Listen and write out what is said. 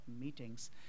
meetings